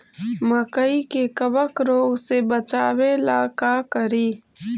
मकई के कबक रोग से बचाबे ला का करि?